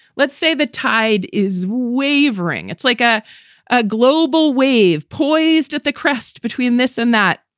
let's say the tide is wavering. it's like a ah global wave poised at the crest between this and that,